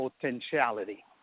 potentiality